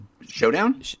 Showdown